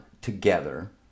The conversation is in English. together